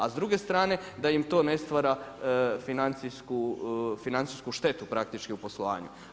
A s druge strane da im to ne stvara financijsku štetu praktički u poslovanju.